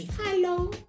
Hello